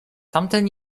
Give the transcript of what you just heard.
tamten